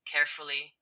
Carefully